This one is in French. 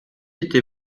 était